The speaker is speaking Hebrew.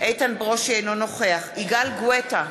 אינו נוכח יגאל גואטה,